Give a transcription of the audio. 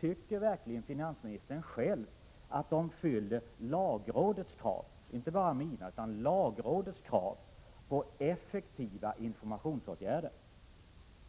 Tycker verkligen finansministern själv att de fyller lagrådets krav på effektiva informationsåtgärder?